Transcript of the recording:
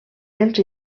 dels